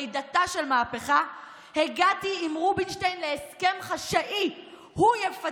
"לידתה של מהפכה": "הגעתי עם רובינשטיין להסכם החשאי שהוא יזם: